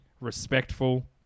respectful